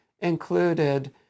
included